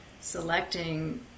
selecting